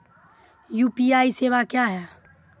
UPI सेवा क्या हैं?